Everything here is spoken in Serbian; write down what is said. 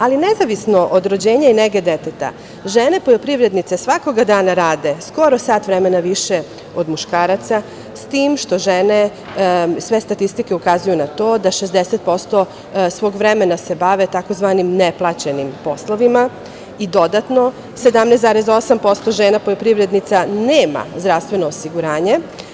Ali nezavisno od rođenja i nege deteta, žene poljoprivrednice svakog dana rade skoro sat vremena više od muškaraca, s tim što za žene sve statistike ukazuju na to da 60% svog vremena se bave tzv. neplaćenim poslovima i dodatno 17,8% žena poljoprivrednica nema zdravstveno osiguranje.